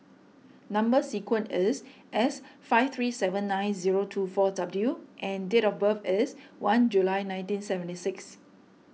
Number Sequence is S five three seven nine zero two four W and date of birth is one July nineteen seventy six